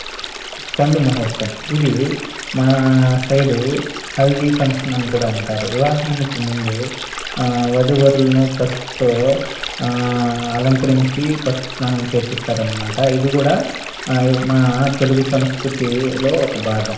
పండు ముహూర్తం ఇది మా సైడు హల్దీ ఫంక్షన్ అని కూడా అంటారు వివాహానికి ముందు వధూవరులను పసుపుతో అలంకరించి పసుపు స్నానం చేయిస్తారు అన్నమాట ఇది కూడా మా తెలుగు సంస్కృతిలో ఒక భాగం